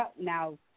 now